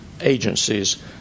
agencies